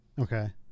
Okay